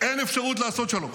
אין אפשרות לעשות שלום.